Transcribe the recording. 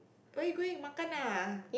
where you going makan ah